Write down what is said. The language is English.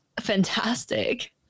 fantastic